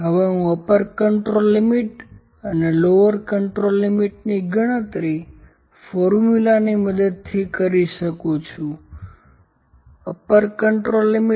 હવે હું upper control limit અને લોવર કન્ટ્રોલ લિમિટની ગણતરી ફોર્મ્યુલાની મદદથી કરી શકું છું U